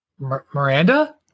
Miranda